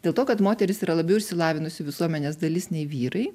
dėl to kad moterys yra labiau išsilavinusi visuomenės dalis nei vyrai